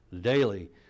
daily